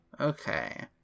Okay